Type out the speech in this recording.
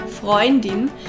Freundin